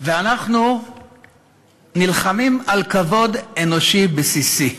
ואנחנו נלחמים על כבוד אנושי בסיסי.